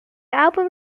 album